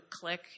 click